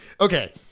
okay